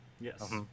Yes